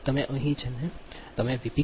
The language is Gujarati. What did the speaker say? તમે અહીં જેને તમે વી